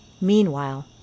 Meanwhile